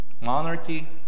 monarchy